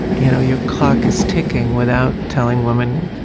you know your clock is ticking, without telling women,